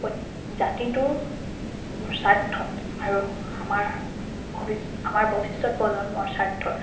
জাতিটোৰ স্বাৰ্থত আৰু আমাৰ ভৱিচ আমাৰ ভৱিষ্যৎ প্ৰজন্মৰ স্বাৰ্থত